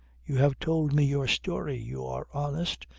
you have told me your story. you are honest.